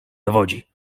dowodzi